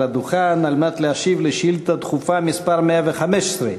הדוכן על מנת להשיב על שאילתה דחופה מס' 115,